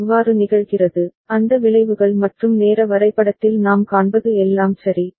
அது எவ்வாறு நிகழ்கிறது அந்த விளைவுகள் மற்றும் நேர வரைபடத்தில் நாம் காண்பது எல்லாம் சரி